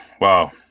wow